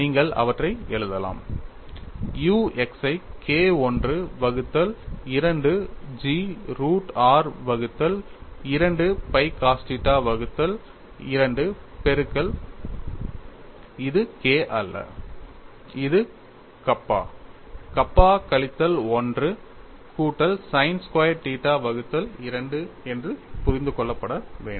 நீங்கள் அவற்றை எழுதலாம் u x I K I வகுத்தல் 2 G ரூட் r வகுத்தல் 2 pi cos θ வகுத்தல் 2 பெருக்கல் இது K அல்ல இது கப்பா கப்பா கழித்தல் 1 கூட்டல் sin ஸ்கொயர் θ வகுத்தல் 2 என்று புரிந்து கொள்ளப்பட வேண்டும்